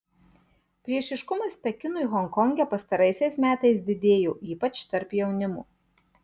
priešiškumas pekinui honkonge pastaraisiais metais didėjo ypač tarp jaunimo